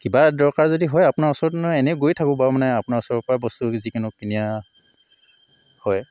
কিবা দৰকাৰ যদি হয় আপোনাৰ ওচৰত এনেই গৈ থাকোঁ বাৰু মানে আপোনাৰ ওচৰৰ পৰা বস্তু যিকোনো কিনা হয়